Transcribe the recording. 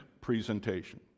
presentation